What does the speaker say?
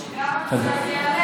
חשוב שגם הנושא הזה יעלה.